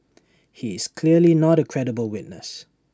he is clearly not A credible witness